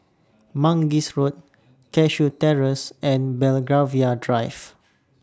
Mangis Road Cashew Terrace and Belgravia Drive